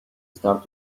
start